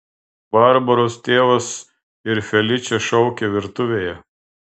barbaros tėvas ir feličė šaukė virtuvėje